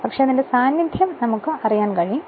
പക്ഷേ അതിന്റെ സാന്നിധ്യം മനസ്സിലാക്കാൻ കഴിയും